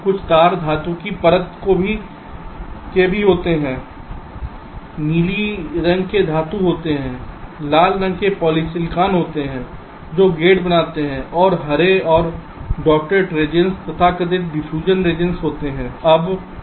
कुछ तार धातु की परत के भी होते हैं नीले रंग के धातु होते हैं लाल रंग के पॉलीसिलिकॉन होते हैं जो गेट बनाते हैं और हरे और डॉटेड रेजियन्स तथाकथित डिफ्यूजन रेजियन्स regions होते हैं